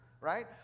Right